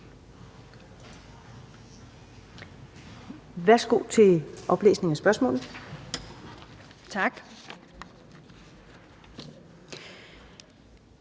Værsgo til en oplæsning af spørgsmålet. Kl.